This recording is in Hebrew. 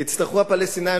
יצטרכו הפלסטינים,